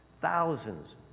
Thousands